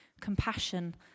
Compassion